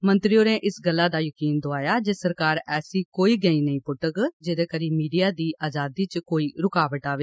मंत्री होरें इस गल्ला दा जकीन दोआया जे सरकार ऐसी कोई गैंह नेई पुट्टोग जेह्दे करी मीडिया दी अजादी च कोई रूकावट आए